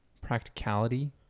Practicality